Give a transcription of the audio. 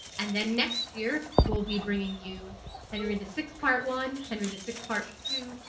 and then next year we'll be bringing you henry the sixth, part one, henry the sixth, part two,